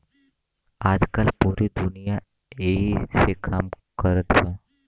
आजकल पूरी दुनिया ऐही से काम कारत बा